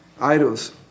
idols